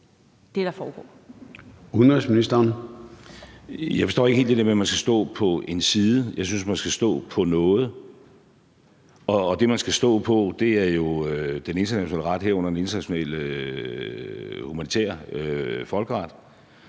(Lars Løkke Rasmussen): Jeg forstår ikke helt det der med, at man skal stå på en side. Jeg synes, man skal stå på noget. Og det, man skal stå på, er jo den internationale ret, herunder den internationale humanitære folkeret.